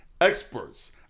experts